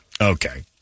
okay